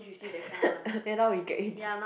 then now regret already